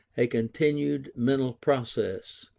a continued mental progress